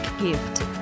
gift